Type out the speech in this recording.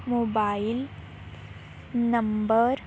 mobile number